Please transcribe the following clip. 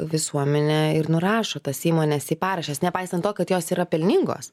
visuomenė nurašo tas įmones į paraštes nepaisant to kad jos yra pelningos